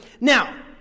Now